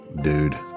dude